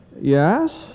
Yes